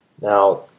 Now